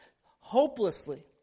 hopelessly